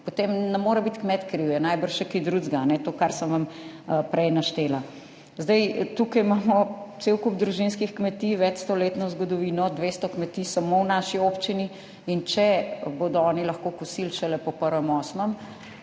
Potem ne more biti kmet kriv, je najbrž še kaj drugega, to, kar sem vam prej naštela. Tukaj imamo cel kup družinskih kmetij, večstoletno zgodovino, 200 kmetij samo v naši občini, in če bodo oni lahko kosili šele po 1. 8.,